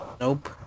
Nope